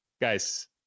guys